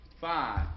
five